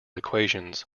equations